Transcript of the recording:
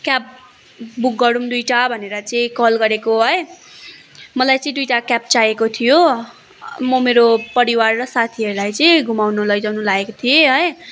cab book गरौँ दुइटा भनेर चाहिँ कल गरेको है मलाई चाहिँ दुइटा क्याब चाहिएको थियो म मेरो परिवार र साथीहरूलाई चाहिँ घुमाउनु लैजाउनु लागेको थिएँ है